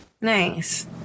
nice